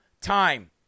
time